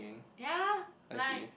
ya like